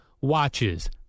watches